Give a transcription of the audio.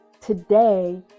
Today